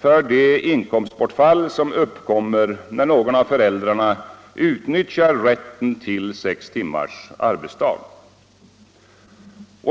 för det inkomstbortfall som uppkommer när någon av föräldrarna utnyttjar rätten till sex timmars arbetsdag.